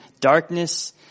darkness